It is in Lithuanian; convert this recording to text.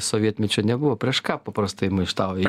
sovietmečio nebuvo prieš ką paprastai maištauja